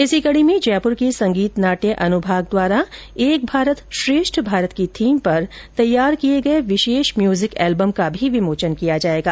इसी कडी में जयपुर के संगीत नाट्य अनुभाग द्वारा एक भारत श्रेष्ठ भारत की थीम पर तैयार किये गये विशेष म्यूजिक एलबम का भी विमोचन किया जायेगा